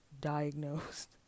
diagnosed